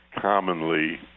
commonly